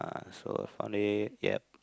ah so funny yep